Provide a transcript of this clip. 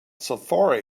safari